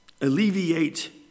alleviate